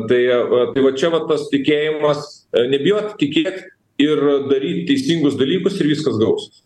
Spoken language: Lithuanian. tai tai va čia va tas tikėjimas nebijot tikėt ir daryt teisingus dalykus ir viskas gausis